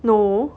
no